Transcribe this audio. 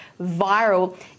viral